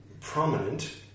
prominent